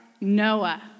Noah